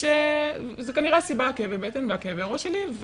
ושזה כנראה הסיבה לכאבי הבטן וכאבי הראש שלי.